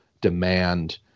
demand